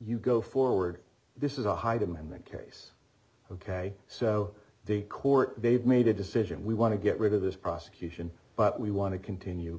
you go forward this is a hyde amendment case ok so the court they've made a decision we want to get rid of this prosecution but we want to continue